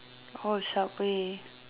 oh subway